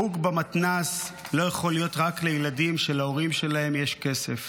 חוג במתנ"ס לא יכול להיות רק לילדים שלהורים שלהם יש כסף.